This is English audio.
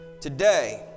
today